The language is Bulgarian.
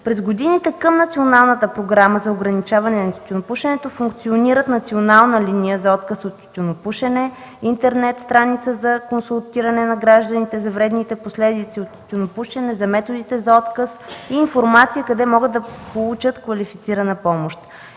През годините към Националната програма за ограничаване на тютюнопушенето функционира национална линия за отказ от тютюнопушене, интернет страница за консултиране на гражданите за вредните последици от тютюнопушенето, за методите за отказ и информация къде могат да получат квалифицирана помощ.